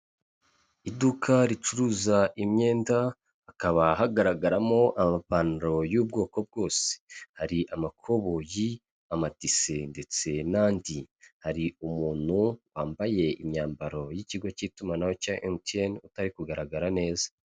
Iduka ricuruza imyenda, hakaba hagaragaramo amapantaro y'ubwoko bwose, hari amakoboyi, amatise ndetse n'andi, hari umuntu wambaye imyambaro y'ikigo cy'itumanaho cya MTN, utari kugaragara neza.